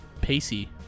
Pacey